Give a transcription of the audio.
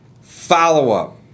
Follow-up